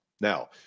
Now